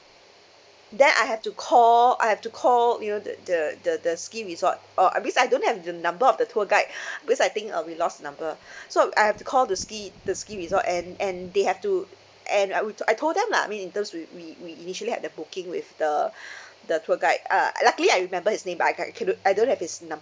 then I have to call I have to call you know the the the the ski resort oh I mean I don't have the number of the tour guide because I think um we lost the number ah so I have to call the ski the ski resort and and they have to and I would I told them lah I mean in terms we we we initially have a booking with the the tour guide uh luckily I remembered his name but I I cannot I don't have his number